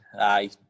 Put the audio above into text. aye